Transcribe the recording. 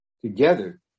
together